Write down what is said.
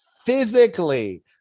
physically